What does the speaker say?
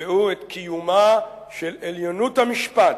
יקבעו את קיומה של 'עליונות המשפט'